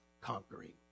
conquering